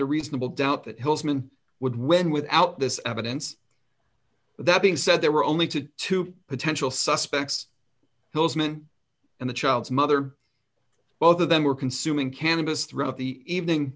a reasonable doubt that hillsman would win without this evidence that being said there were only to two potential suspects those men and the child's mother both of them were consuming cannabis throughout the evening